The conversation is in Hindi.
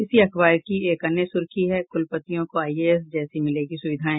इसी अखबार की एक अन्य सुर्खी है कुलपतियों को आईएएस जैसी मिलेंगी सुविधाएं